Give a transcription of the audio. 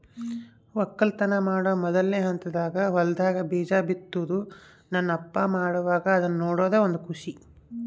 ವಕ್ಕಲತನ ಮಾಡೊ ಮೊದ್ಲನೇ ಹಂತದಾಗ ಹೊಲದಾಗ ಬೀಜ ಬಿತ್ತುದು ನನ್ನ ಅಪ್ಪ ಮಾಡುವಾಗ ಅದ್ನ ನೋಡದೇ ಒಂದು ಖುಷಿ